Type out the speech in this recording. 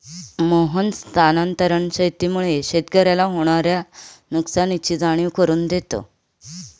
मोहन स्थानांतरण शेतीमुळे शेतकऱ्याला होणार्या नुकसानीची जाणीव करून देतो